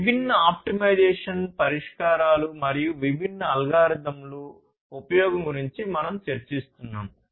విభిన్న ఆప్టిమైజేషన్ పరిష్కారాలు మరియు విభిన్న అల్గారిథమ్ల ఉపయోగం గురించి మనం చర్చిస్తున్నాము